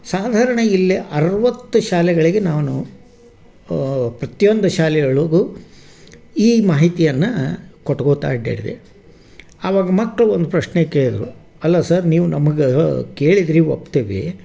ಸಾಧಾರಣ ಇಲ್ಲೇ ಅರ್ವತ್ತು ಶಾಲೆಗಳಿಗೆ ನಾನು ಪ್ರತಿಯೊಂದು ಶಾಲೆಗಳಿಗೂ ಈ ಮಾಹಿತಿಯನ್ನು ಕೊಟ್ಕೋತ ಅಡ್ಡಾಡಿದೆ ಆವಾಗ ಮಕ್ಕಳು ಒಂದು ಪ್ರಶ್ನೆ ಕೇಳಿದರು ಅಲ್ಲ ಸರ್ ನೀವು ನಮ್ಗೆ ಕೇಳಿದಿರಿ ಒಪ್ತೇವೆ